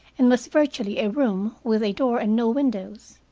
and was virtually a room, with a door and no windows.